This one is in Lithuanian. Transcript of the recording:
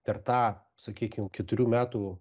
per tą sakykim keturių metų